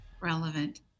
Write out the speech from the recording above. relevant